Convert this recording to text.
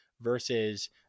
versus